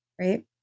Right